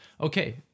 Okay